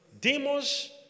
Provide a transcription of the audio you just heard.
Demos